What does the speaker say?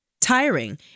tiring